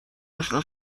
اشنا